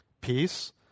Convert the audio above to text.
Peace